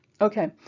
Okay